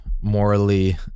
morally